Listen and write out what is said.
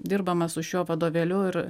dirbama su šiuo vadovėliu ir